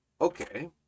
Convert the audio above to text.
Okay